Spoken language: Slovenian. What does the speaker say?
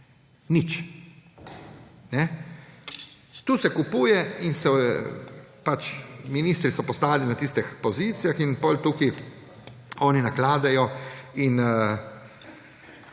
Nič. To se kupuje in pač, ministri so postali na tistih pozicijah in potem tukaj oni nakladajo in